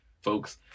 folks